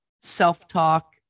self-talk